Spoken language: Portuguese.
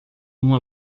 uma